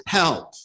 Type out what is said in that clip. help